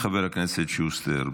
חבר הכנסת שוסטר,